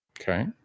Okay